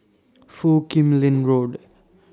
Foo Kim Lin Road